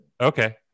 Okay